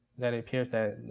that it appears that